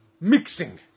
mixing